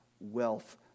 wealth